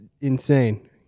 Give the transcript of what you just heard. insane